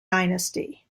dynasty